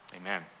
Amen